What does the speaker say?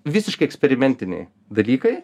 visiškai eksperimentiniai dalykai